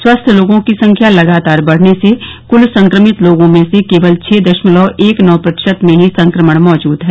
स्वस्थ लोगों की संख्या लगातार बढने से कूल संक्रमित लोगों में से केवल छह दशमलव एक नौ प्रतिशत में ही संक्रमण मौजूद है